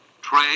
trade